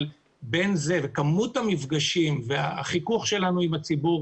אבל כמות המפגשים והחיכוך שלנו עם הציבור